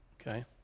Okay